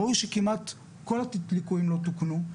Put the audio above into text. ראו שכמעט כל הליקויים לא תוקנו.